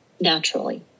naturally